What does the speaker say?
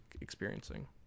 experiencing